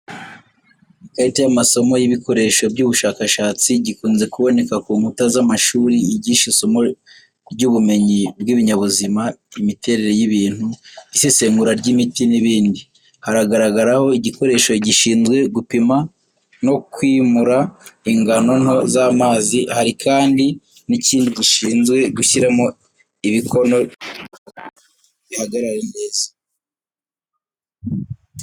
Ikarita y’amasomo y’ibikoresho by'ubushakashatsi gikunze kuboneka ku nkuta z’amashuri yigisha isomo rya ubumenyi bw’ibinyabuzima, imiterere y'ibintu, isesengura ry'imiti n'ibindi. Haragaragaraho igikoresho gishinzwe gupima no kwimura ingano nto z’amazi hari kandi n'ikindi gishinzwe gushyiramo ibikono by’imigeri kugira ngo bihagarare neza.